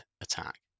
attack